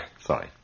Sorry